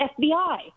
FBI